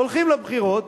הולכים לבחירות